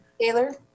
Taylor